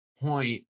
point